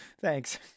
Thanks